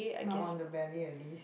not on the belly at least